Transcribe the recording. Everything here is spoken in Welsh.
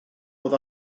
oedd